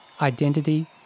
Identity